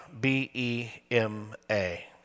B-E-M-A